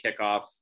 kickoff